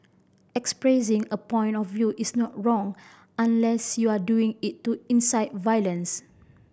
expressing a point of view is not wrong unless you're doing it to incite violence